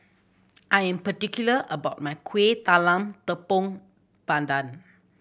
I am particular about my Kueh Talam Tepong Pandan